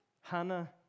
hannah